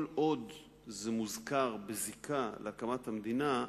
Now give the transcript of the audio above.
כל עוד זה מוזכר בזיקה להקמת המדינה,